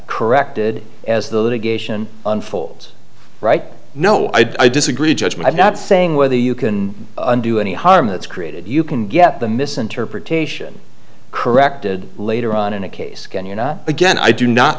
corrected as the litigation unfolds right no i disagree judgement i'm not saying whether you can undo any harm that's created you can get the misinterpretation corrected later on in a case can you not again i do not